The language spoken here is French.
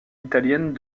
italienne